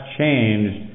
changed